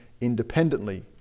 independently